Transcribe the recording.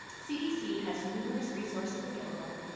cdc has numerous resources available